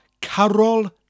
carol